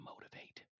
motivate